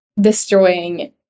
destroying